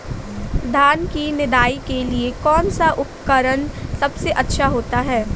धान की निदाई के लिए कौन सा उपकरण सबसे अच्छा होता है?